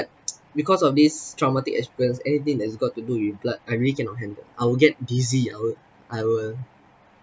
because of this traumatic experience anything that's got to do with blood I really cannot handle I'll get dizzy I would I will